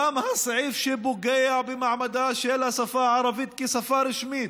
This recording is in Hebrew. גם הסעיף שפוגע במעמדה של השפה הערבית כשפה רשמית,